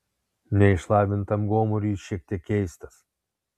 neišlavintam gomuriui jis šiek tiek keistas